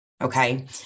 okay